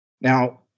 Now